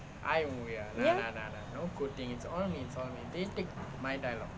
ya